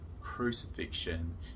crucifixion